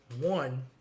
one